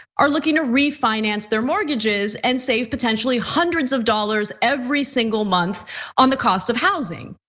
are looking to refinance their mortgages and save potentially hundreds of dollars every single month on the cost of housing.